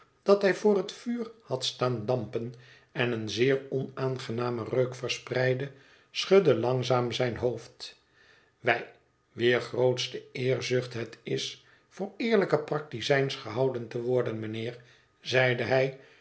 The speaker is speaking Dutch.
dat hij voor het vuur had staan dampen en een zeer onaangenamen reuk verspreidde schudde langzaam zijn hoofd wij wier grootste eerzucht het is voor eerlijke praktizijns gehouden te worden mijnheer zeide hij